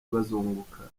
bazunguka